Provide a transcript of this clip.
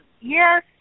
yes